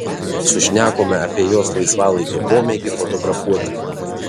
sušnekome apie jos laisvalaikio pomėgį fotografuoti